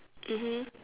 mmhmm